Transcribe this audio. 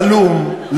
הלום,